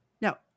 Now